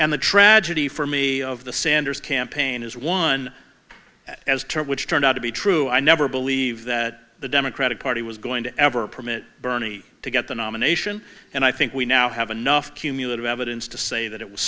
and the tragedy for me of the sanders campaign is one as to which turned out to be true i never believed that the democratic party was going to ever permit bernie to get the nomination and i think we now have enough cumulative evidence to say that it was